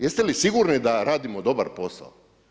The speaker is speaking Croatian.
Jeste li sigurni da radimo dobar posao?